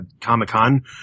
Comic-Con